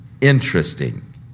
Interesting